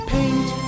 Paint